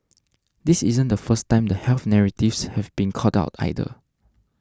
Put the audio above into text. this isn't the first time the health narratives have been called out either